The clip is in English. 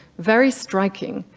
very striking,